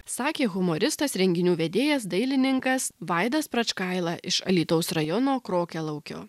sakė humoristas renginių vedėjas dailininkas vaidas pračkaila iš alytaus rajono krokialaukio